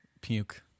Puke